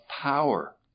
power